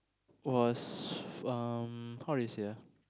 was um how do you say ah